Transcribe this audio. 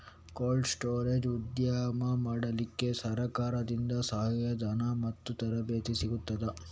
Cold storage ಉದ್ಯಮ ಮಾಡಲಿಕ್ಕೆ ಸರಕಾರದಿಂದ ಸಹಾಯ ಧನ ಮತ್ತು ತರಬೇತಿ ಸಿಗುತ್ತದಾ?